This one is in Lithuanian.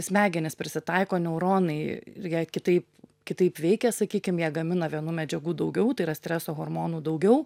smegenys prisitaiko neuronai ir jie kitaip kitaip veikia sakykim jie gamina vienų medžiagų daugiau tai yra streso hormonų daugiau